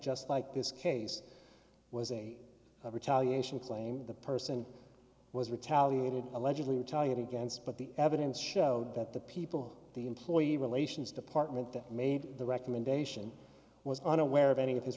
just like this case was a retaliation claim the person was retaliated allegedly retaliating against but the evidence showed that the people the employee relations department that made the recommendation was unaware of any of his